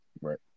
Right